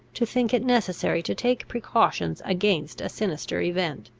to think it necessary to take precautions against a sinister event.